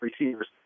receivers